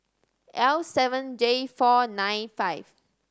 L seven J four nine five